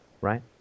right